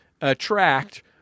attract